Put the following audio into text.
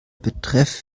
betreff